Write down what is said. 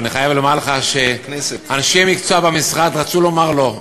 אני חייב לומר לך שאנשי מקצוע במשרד רצו לומר לא,